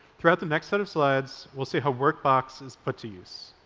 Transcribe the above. throughout the next set of slides we'll see how workbox is put to use.